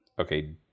Okay